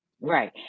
Right